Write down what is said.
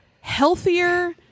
healthier